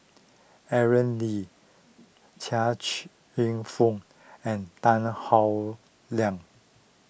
Aaron Lee Chia Cheong Fook and Tan Howe Liang